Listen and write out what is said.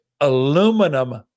aluminum